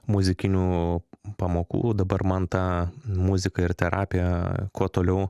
muzikinių pamokų dabar man ta muzika ir terapija kuo toliau